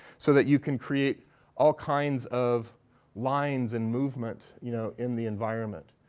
so that you can create all kinds of lines and movement, you know, in the environment.